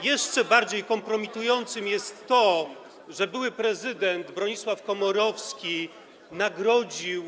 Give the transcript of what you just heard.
Jeszcze bardziej kompromitujące jest to, że były prezydent Bronisław Komorowski nagrodził.